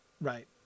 right